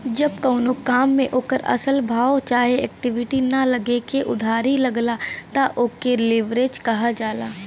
जब कउनो काम मे ओकर असल भाव चाहे इक्विटी ना लगा के उधारी लगला त ओके लीवरेज कहल जाला